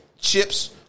chips